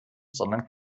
sondern